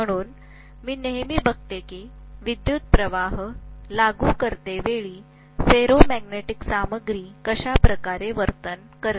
म्हणून मी नेहमी बघते की विद्युतप्रवाह लागू करतेवेळी फेरोमॅग्नेटिक सामग्री कशा प्रकारे वर्तन करते